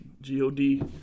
G-O-D